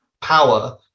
power